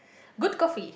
good coffee